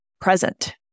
present